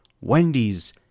Wendy's